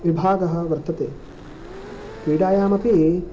विभागः वर्तते क्रीडायामपि